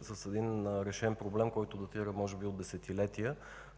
с един решен проблем, който датира може би от десетилетия.